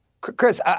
Chris